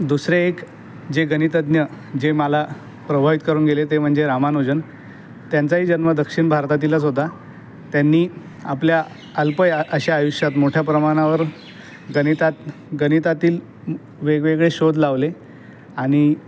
दुसरे एक जे गणितज्ज्ञ जे मला प्रभावित करून गेले ते म्हणजे रामानुजन त्यांचाही जन्म दक्षिण भारतातीलच होता त्यांनी आपल्या अल्पया अशा आयुष्यात मोठ्या प्रमाणावर गणितात गणितातील वेगवेगळे शोध लावले आणि